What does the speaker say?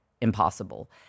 impossible